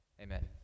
Amen